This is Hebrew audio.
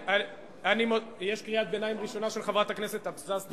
יש קריאת ביניים ראשונה של חברת הכנסת אבסדזה.